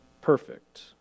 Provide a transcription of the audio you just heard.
perfect